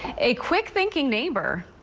a quick-thinking neighbor.